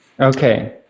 Okay